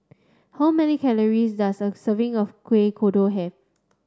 how many calories does a serving of Kuih Kodok have